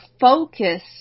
focus